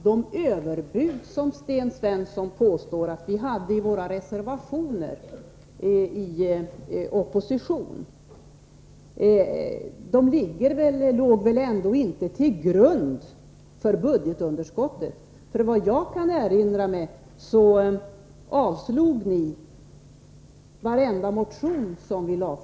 De överbud som Sten Svensson påstår att vi hade i våra reservationer i oppositionsställning låg väl ändå inte till grund för budgetunderskottet. Efter vad jag kan erinra mig avslog riksdagen varenda motion vi väckte.